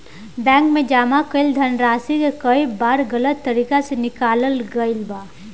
bank में जमा कईल धनराशि के कई बार गलत तरीका से निकालल गईल बा